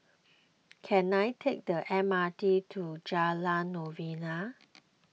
can I take the M R T to Jalan Novena